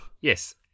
Yes